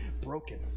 broken